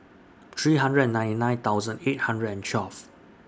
three hundred and ninety nine thousand eight hundred and twelve